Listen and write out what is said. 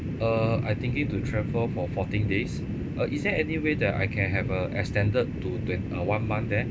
uh I'm thinking to travel for fourteen days uh is there any way that I can have uh extended to twe~ uh one month there